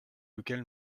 lequel